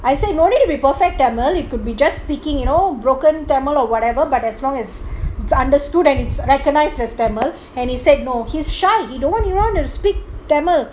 I said no need to be perfect tamil it could be just speaking you know broken tamil or whatever but as long as it's understood and its recognised it's understandable but he said no he's shy he don't want even want to speak tamil